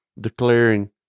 declaring